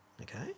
okay